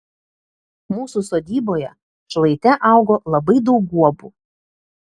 mūsų sodyboje šlaite augo labai daug guobų